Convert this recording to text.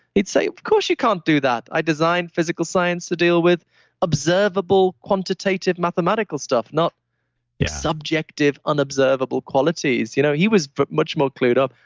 say, of course you can't do that. i designed physical science to deal with observable quantitative mathematical stuff, not subjective unobservable qualities. you know he was but much more clued up.